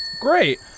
Great